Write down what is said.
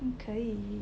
你可以